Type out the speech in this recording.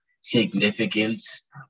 significance